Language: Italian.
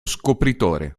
scopritore